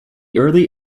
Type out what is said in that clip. early